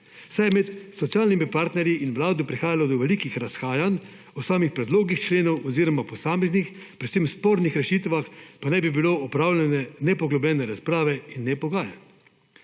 saj je med socialnimi partnerji in vlado prihajalo do velikih razhajanj o samih predlogih členov oziroma posameznih, predvsem spornih rešitvah pa naj bi bilo opravljene nepoglobljene razprave in ne pogajanj.